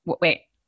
Wait